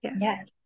Yes